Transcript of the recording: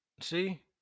See